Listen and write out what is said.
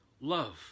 love